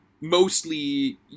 Mostly